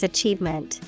Achievement